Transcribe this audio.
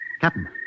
Captain